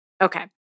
okay